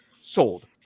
sold